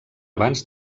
abans